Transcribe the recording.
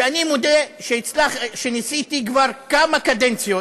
ואני מודה שניסיתי כבר כמה קדנציות